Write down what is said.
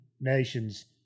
nations